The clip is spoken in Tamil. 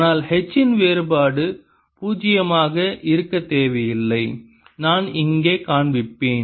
ஆனால் H இன் வேறுபாடு பூஜ்ஜியமாக இருக்க தேவையில்லை நான் இங்கே காண்பிப்பேன்